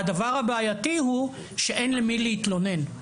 הדבר הבעייתי הוא שאין למי להתלונן.